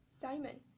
Simon